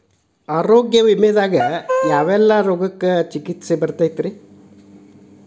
ಆರೋಗ್ಯ ವಿಮೆದಾಗ ಯಾವೆಲ್ಲ ರೋಗಕ್ಕ ಚಿಕಿತ್ಸಿ ಬರ್ತೈತ್ರಿ?